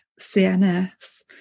CNS